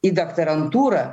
į daktarantūrą